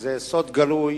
וזה סוד גלוי